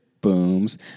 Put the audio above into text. booms